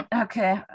Okay